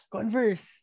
Converse